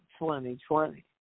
2020